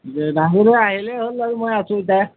দে লাহে ধীৰে আহিলে হ'ল আৰু মই আছোঁ এতিয়া